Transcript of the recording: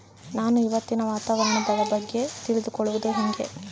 ನಾನು ಇವತ್ತಿನ ವಾತಾವರಣದ ಬಗ್ಗೆ ತಿಳಿದುಕೊಳ್ಳೋದು ಹೆಂಗೆ?